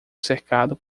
cercado